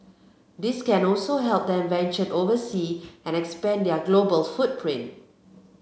this can also help them venture oversea and expand their global footprint